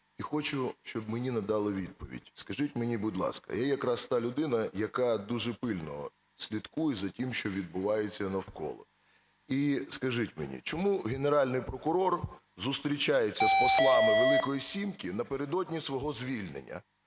І хочу, щоб мені надали відповідь. Скажіть мені, будь ласка, я якраз та людина, яка дуже пильно слідкує за тим, що відбувається навколо. І скажіть мені, чому Генеральний прокурор зустрічається з послами "Великої сімки" напередодні свого звільнення?